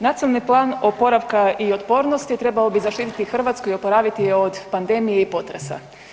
Nacionalni plan oporavka i otpornosti trebao bi zaštiti Hrvatsku i oporaviti je od pandemije i potresa.